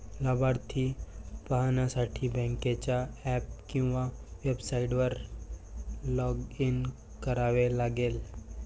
लाभार्थी पाहण्यासाठी बँकेच्या ऍप किंवा वेबसाइटवर लॉग इन करावे लागेल